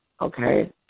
okay